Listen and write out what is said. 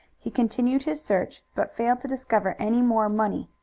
he continued his search, but failed to discover any more money.